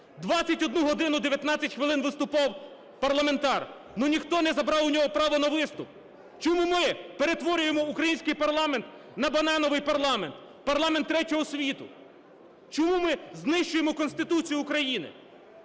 21 годину 19 хвилин виступав парламентар, але ніхто не забрав у нього право на виступ. Чому ми перетворюємо український парламент на "банановий" парламент, парламент третього світу? Чому ми знищуємо Конституцію України?